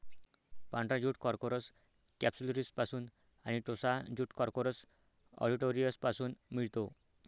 पांढरा jute corchorus कॅप्सुलरिसपासून आणि टोसा ज्यूट कॉर्कोरस ऑलिटोरियसपासून मिळतो